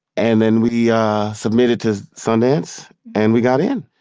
and then we submitted to sundance, and we got in.